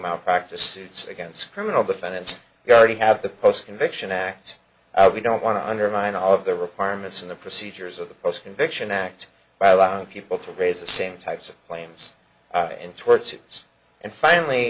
malpractise suits against criminal defendants you already have the post conviction act we don't want to undermine all of the requirements in the procedures of the post conviction act by allowing people to raise the same types of claims in towards us and finally